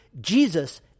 Jesus